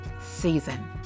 season